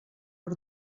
per